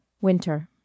Winter